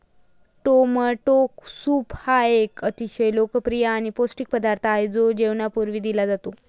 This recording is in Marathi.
टोमॅटो सूप हा एक अतिशय लोकप्रिय आणि पौष्टिक पदार्थ आहे जो जेवणापूर्वी दिला जातो